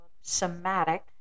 somatic